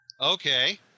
Okay